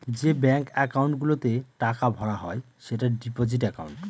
যে bank account গুলোতে টাকা ভরা হয় সেটা ডিপোজিট একাউন্ট